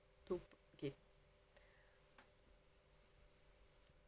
two per~ okay